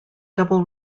double